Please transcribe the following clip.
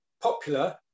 popular